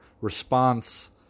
response